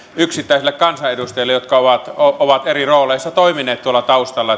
yksittäisille kansanedustajille jotka ovat ovat eri rooleissa toimineet tuolla taustalla